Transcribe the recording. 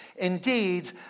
Indeed